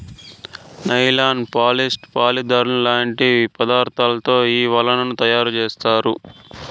nylon, polyester, polyethylene లాంటి పదార్థాలతో ఈ వలలను తయారుచేత్తారు